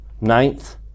ninth